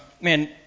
man